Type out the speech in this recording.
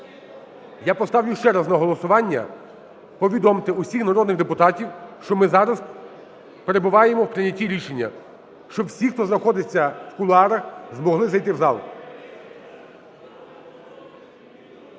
Я поставлю ще раз на голосування. Повідомте усіх народних депутатів, що ми зараз перебуваємо в прийнятті рішення, щоб всі хто знаходиться в кулуарах, змогли зайти в зал.